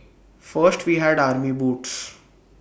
first we had army boots